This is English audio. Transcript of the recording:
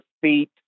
feet